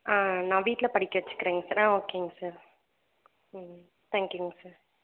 ஆ நான் வீட்டில் படிக்க வைச்சிக்கிறேங்க சார் ஓகேங்க சார் ம் தேங்க்யூங்க சார்